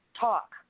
talk